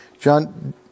John